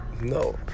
No